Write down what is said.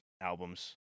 albums